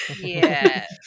Yes